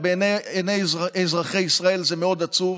ובעיני אזרחי ישראל זה מאוד עצוב,